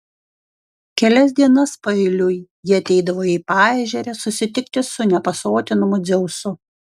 kelias dienas paeiliui ji ateidavo į paežerę susitikti su nepasotinamu dzeusu